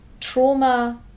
Trauma